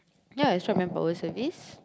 ya extra manpower service